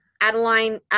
Adeline